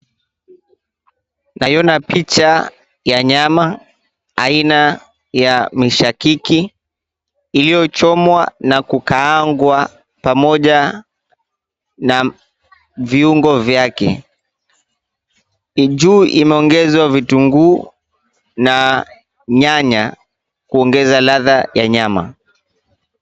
Naiona picha ya nyama aina ya mishakiki, iliyochomwa na kukaangwa pamoja na viungo vyake. Juu imeongezwa vitunguu na nyanya, kuongeza ladha ya nyama.